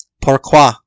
Pourquoi